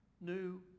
new